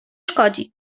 szkodzi